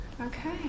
Okay